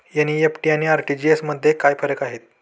NEFT आणि RTGS मध्ये काय फरक आहे?